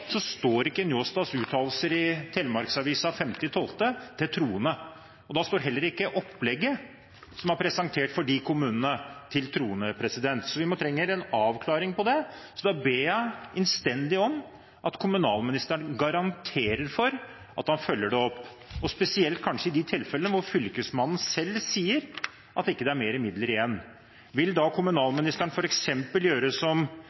Så vi trenger en avklaring på det, og da ber jeg innstendig om at kommunalministeren garanterer for at han følger det opp, og spesielt kanskje i de tilfellene hvor fylkesmannen selv sier at det ikke er flere midler igjen. Vil da kommunalministeren f.eks. gjøre som man sier i merknaden fra Arbeiderpartiet, Senterpartiet og Sosialistisk Venstreparti, bruke muligheten til om